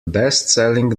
bestselling